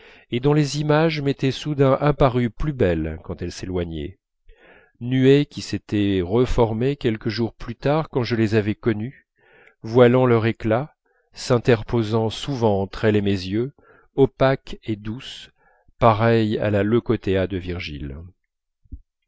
et dont les images m'étaient soudain apparues plus belles quand elles s'éloignaient nuée qui s'était reformée quelques jours plus tard quand je les avais connues voilant leur éclat s'interposant souvent entre elles et mes yeux opaque et douce pareille à la leucothoé de virgile